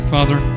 Father